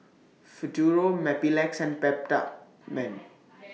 Futuro Mepilex and Peptamen